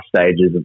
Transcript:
stages